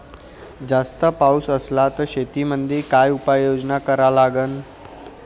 जास्त पाऊस असला त शेतीमंदी काय उपाययोजना करा लागन?